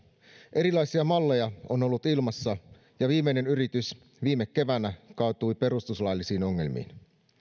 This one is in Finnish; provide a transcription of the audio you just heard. erilaisia malleja on ollut ilmassa ja viimeinen yritys viime keväänä kaatui perustuslaillisiin ongelmiin